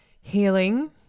Healing